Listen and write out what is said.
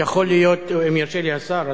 יכול להיות, אם ירשה לי השר.